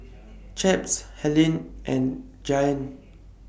Chaps Helen and Giant